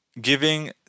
giving